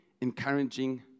encouraging